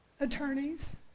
Attorneys